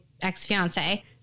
ex-fiance